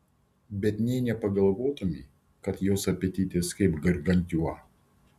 bet nė nepagalvotumei kad jos apetitas kaip gargantiua